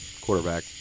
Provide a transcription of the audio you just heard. quarterback